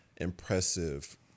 impressive